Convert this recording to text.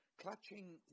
Clutching